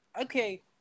Okay